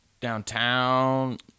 downtown